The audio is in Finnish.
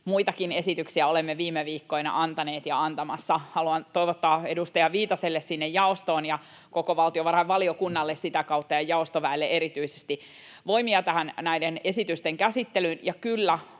muitakin esityksiä olemme viime viikkoina antaneet ja antamassa. Haluan toivottaa edustaja Viitaselle sinne jaostoon ja sitä kautta koko valtiovarainvaliokunnalle ja jaostoväelle erityisesti voimia näiden esitysten käsittelyyn.